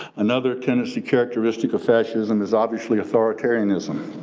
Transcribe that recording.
another tennessee characteristic of fascism is obviously authoritarianism.